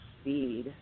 speed